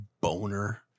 boner